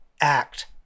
act